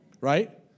right